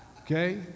Okay